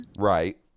Right